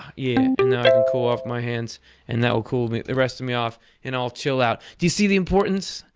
yeah. and now i can cool off my hands and that will cool the rest of me off and i'll chill out. do you see the importance?